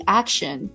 action